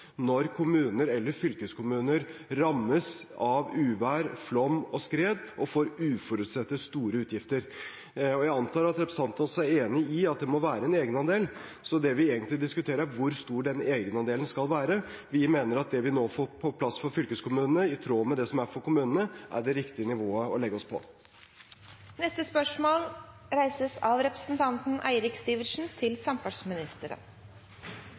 når kommuner eller fylkeskommuner rammes av uvær, flom og skred og får uforutsette store utgifter. Jeg antar at representanten også er enig i at det må være en egenandel, så det vi egentlig diskuterer, er hvor stor den egenandelen skal være. Vi mener at det vi nå får på plass for fylkeskommunene, i tråd med det som er for kommunene, er det riktige nivået å legge